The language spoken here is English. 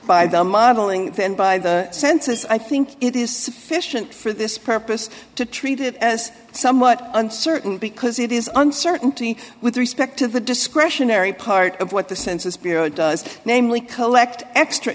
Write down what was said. by the modeling then by the census i think it is sufficient for this purpose to treat it as somewhat uncertain because it is uncertainty with respect to the discretionary part of what the census bureau does namely collect extra